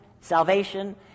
salvation